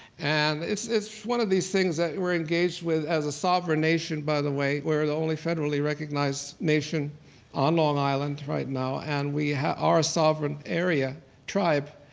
and it's it's one of these things that we're engaged with as a sovereign nation, by the way, where the only federally recognized nation on long island right now, and we are a sovereign area tribe.